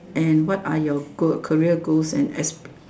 and what are you goal career goals and aspire